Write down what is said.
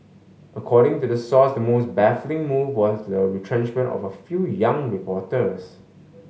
according to the source the most baffling move was the retrenchment of a few young reporters